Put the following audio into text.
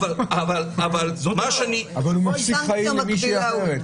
אבל הוא מפסיק חיים למישהי אחרת.